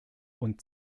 und